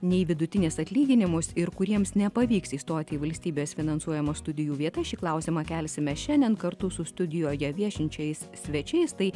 nei vidutinis atlyginimus ir kuriems nepavyks įstoti į valstybės finansuojamas studijų vietas šį klausimą kelsime šiandien kartu su studijoje viešinčiais svečiais tai